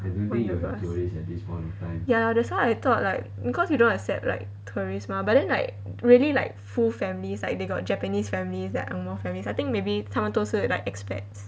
ya that's why I thought like cause we don't accept like tourists mah but then like really like full families like they got japanese families got like ang moh families I think maybe 他们都是 like expats